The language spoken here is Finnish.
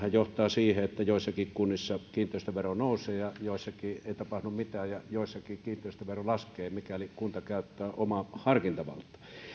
johtaa siihen että joissakin kunnissa kiinteistövero nousee ja joissakin ei tapahdu mitään ja joissakin kiinteistövero laskee mikäli kunta käyttää omaa harkintavaltaa